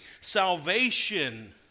Salvation